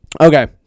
Okay